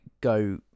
go